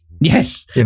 Yes